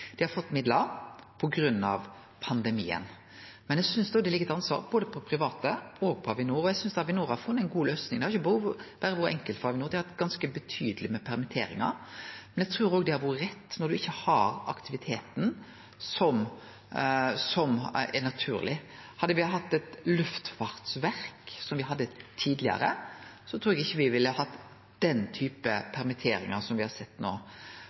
pandemien. Men eg synest òg det ligg eit ansvar både på private og på Avinor, og eg synest Avinor har funne ei god løysing. Det har ikkje vore berre enkelt for Avinor. Dei har hatt ganske betydeleg med permitteringar. Men eg trur òg det har vore rett når ein ikkje har den aktiviteten som er naturleg. Hadde me hatt eit luftfartsverk, som me hadde tidlegare, trur eg ikkje me ville hatt den typen permitteringar som me har sett no.